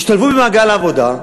השתלבו במעגל העבודה,